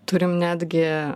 turim netgi